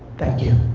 thank you.